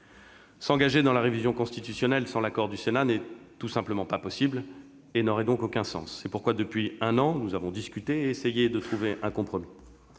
S'engager dans la révision constitutionnelle sans l'accord du Sénat n'est tout simplement pas possible et n'aurait donc aucun sens. C'est pourquoi, depuis un an, nous discutons et essayons de trouver un compromis.